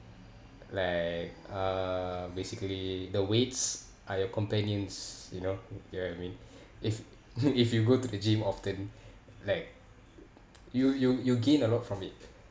like uh basically the weights are your companions you know you get what I mean if if you go to the gym often like you you you gain a lot from it